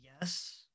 yes